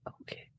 Okay